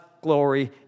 glory